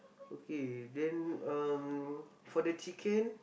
okay then um for the chicken